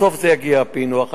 בסוף זה יגיע, הפענוח.